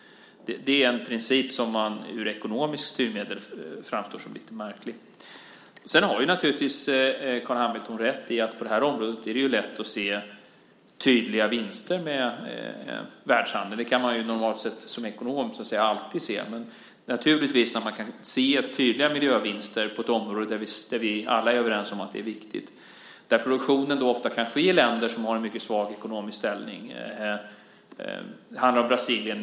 Det är en princip som ur ekonomisk synvinkel framstår som lite märklig. Carl Hamilton har naturligtvis rätt i att det på det här området är lätt att se tydliga vinster med världshandel. Det kan man ju normalt sett som ekonom alltid se, men här kan vi se tydliga miljövinster på ett område där vi alla är överens om att det är viktigt, där produktionen ofta kan ske i länder som har en mycket svag ekonomisk ställning. Det handlar om Brasilien.